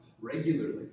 regularly